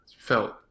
felt